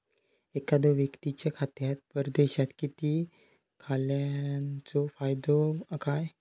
एखादो व्यक्तीच्या खात्यात परदेशात निधी घालन्याचो फायदो काय?